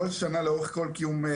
כל שנה לאורך כל קיום,